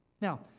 Now